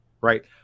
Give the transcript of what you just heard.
right